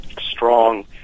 strong